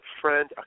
friend